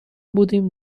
بودیم